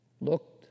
Looked